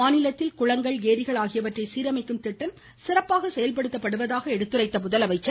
மாநிலத்தில் குளங்கள் ஏரிகள் ஆகியவற்றை சீரமைக்கும் திட்டம் சிறப்பாக செயல்படுத்தப்படுவதாக எடுத்துரைத்த முதலமைச்சர்